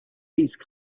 least